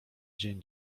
dzień